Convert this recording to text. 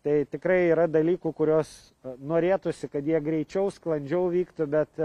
tai tikrai yra dalykų kuriuos norėtųsi kad jie greičiau sklandžiau vyktų bet